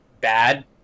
bad